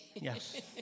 Yes